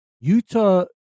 utah